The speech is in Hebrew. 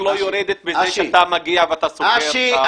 לא יורדת בזה שאתה מגיע ואתה סוגר --- אשי,